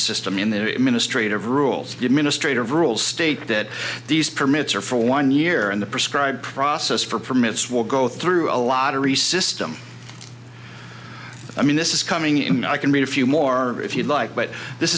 system in the administrative rules administrative rules state that these permits are for one year and the prescribed process for permits will go through a lottery system i mean this is coming in i can read a few more if you'd like but this